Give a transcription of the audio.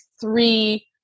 three